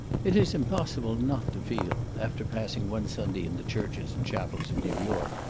it is impossible not to feel, after passing one sunday in the churches and chapels of new york,